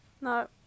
No